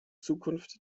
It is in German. zukunft